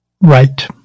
Right